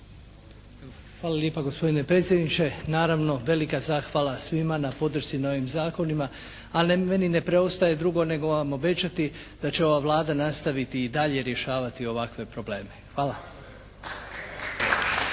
Hvala lijepa gospodine predsjedniče. Naravno, velika zahvala svima na podršci na ovim zakonima, ali meni ne preostaje drugo nego vam obećati da će ova Vlada nastaviti i dalje rješavati ovakve probleme. Hvala.